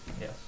Yes